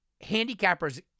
handicapper's